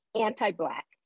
anti-black